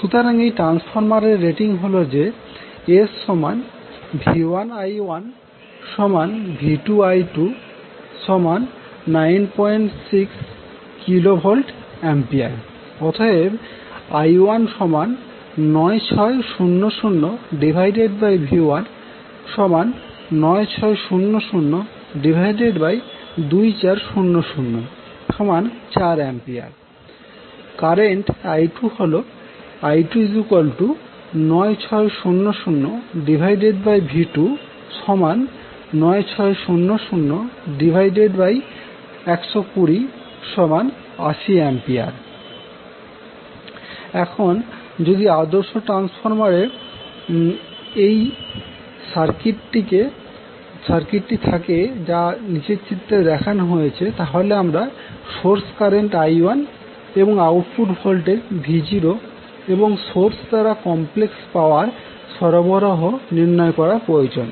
সুতরাং এই ট্রান্সফরমার এর রেটিং হল যে SV1I1V2I296kVA অতএব I19600V1960024004A কারেন্ট I2হল I29600V2960012080A এখন যদি আদর্শ ট্রান্সফরমার এর এই সার্কিটটি থাকে যা নিচের চিত্রটি দেখানো হয়েছে তাহলে আমাদের সোর্স কারেন্ট I1 এবং আউটপুট ভোল্টেজ V0 এবং সোর্স দ্বারা কমপ্লেক্স পাওয়ার সরবরাহ নির্ণয় করা প্রয়োজন